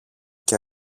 και